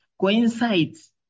coincides